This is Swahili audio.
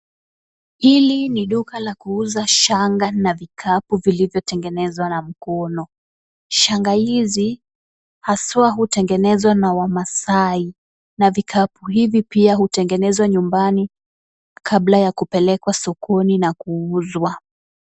Hili ni duka la kuuza shanga na vikapu vilivyotengenezwa na mkono. Shanga hizi, haswa hutengenezwa na wamaasai na vikapu hivi pia hutengenezwa nyumbani kabla ya kupelekwa sokoni na kuuzwa.